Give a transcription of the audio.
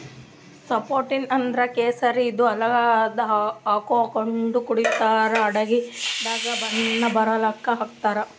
saffron ಅಂದ್ರ ಕೇಸರಿ ಇದು ಹಾಲ್ದಾಗ್ ಹಾಕೊಂಡ್ ಕುಡಿತರ್ ಅಡಗಿದಾಗ್ ಬಣ್ಣ ಬರಲಕ್ಕ್ ಹಾಕ್ತಾರ್